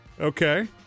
Okay